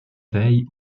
veille